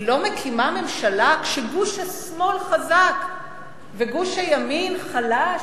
היא לא מקימה ממשלה כשגוש השמאל חזק וגוש הימין חלש?